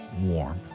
warm